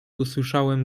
usłyszałem